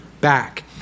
back